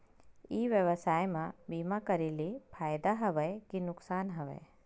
ई व्यवसाय म बीमा करे ले फ़ायदा हवय के नुकसान हवय?